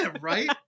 Right